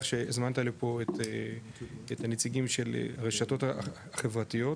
שהזמנת לפה את הנציגים של הרשתות החברתיות.